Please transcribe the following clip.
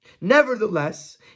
Nevertheless